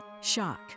shock